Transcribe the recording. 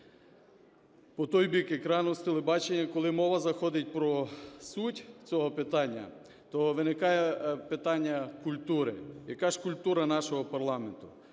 По той бік екрану з телебачення, коли мова заходить про суть цього питання, то виникає питання культури, яка ж культура нашого парламенту.